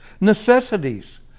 necessities